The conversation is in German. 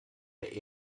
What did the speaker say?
der